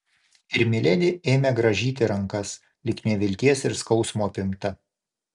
ir miledi ėmė grąžyti rankas lyg nevilties ir skausmo apimta